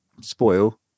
spoil